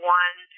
one